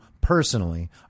personally